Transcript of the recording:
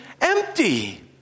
empty